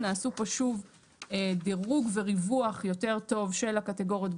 נעשו פה שוב דירוג וריווח יותר טוב של הקטגוריות,